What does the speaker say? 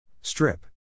Strip